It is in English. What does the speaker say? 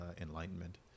enlightenment